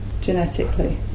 genetically